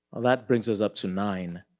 that brings us up to nine.